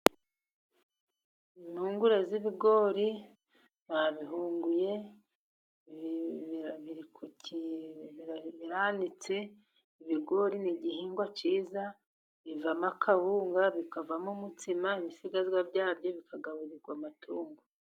Impungure z'ibigori babihunguye. ibigori ni igihingwa cyiza bivamo akawunga, bikavamo umutsima, ibisigazwa byabyo bikagaburirwa amatungo.